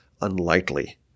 unlikely